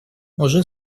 уже